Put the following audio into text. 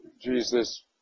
Jesus